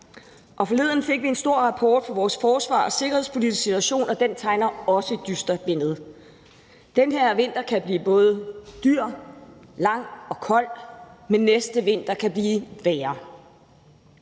og forleden fik vi en stor rapport om vores forsvars- og sikkerhedspolitiske situation, og den tegner også et dystert billede. Den her vinter kan blive både dyr, lang og kold, men næste vinter kan blive værre.